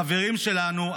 החברים שלנו,